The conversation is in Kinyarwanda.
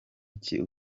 iki